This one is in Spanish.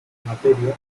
materia